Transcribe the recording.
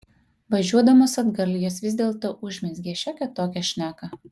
važiuodamos atgal jos vis dėlto užmezgė šiokią tokią šneką